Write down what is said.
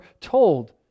told